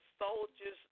soldiers